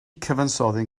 cyfansoddyn